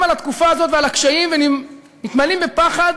על התקופה הזאת ועל הקשיים ומתמלאים בפחד,